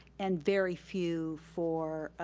and very few for